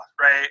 right